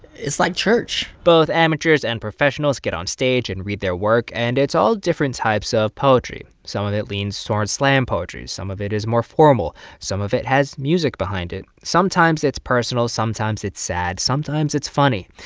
it's like church both amateurs and professionals get on stage and read their work. and it's all different types ah of poetry. some of it leans towards slam poetry. some of it is more formal. some of it has music behind it. sometimes, it's personal. sometimes, it's sad. sometimes, it's funny.